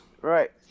Right